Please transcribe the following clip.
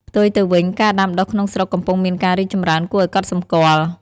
ផ្ទុយទៅវិញ ការដាំដុះក្នុងស្រុកកំពុងមានការរីកចម្រើនគួរឱ្យកត់សម្គាល់។